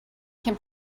can